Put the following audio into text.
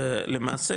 למעשה,